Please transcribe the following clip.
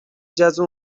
جذب